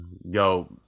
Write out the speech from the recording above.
yo